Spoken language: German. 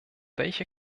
welche